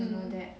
mm